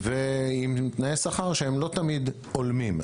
ועם תנאי שכר שלא תמיד הולמים.